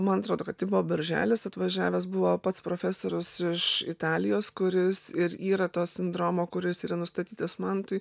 man atrodo kad tai buvo birželis atvažiavęs buvo pats profesorius iš italijos kuris ir yra to sindromo kuris yra nustatytas mantui